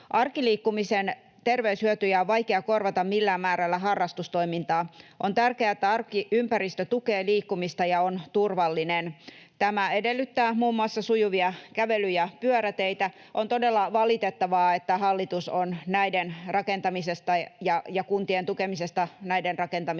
Arkiliikkumisen terveyshyötyjä on vaikea korvata millään määrällä harrastustoimintaa. On tärkeää, että arkiympäristö tukee liikkumista ja on turvallinen. Tämä edellyttää muun muassa sujuvia kävely- ja pyöräteitä. On todella valitettavaa, että hallitus on näiden rakentamisesta ja kuntien tukemisesta näiden rakentamiseen